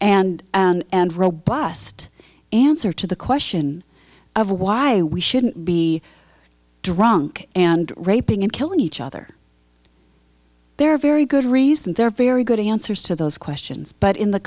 complex and and robust answer to the question of why we shouldn't be drunk and raping and killing each other there are very good reasons they're very good answers to those questions but in the